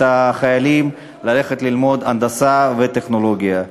החיילים ללכת ללמוד הנדסה וטכנולוגיה.